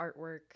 artwork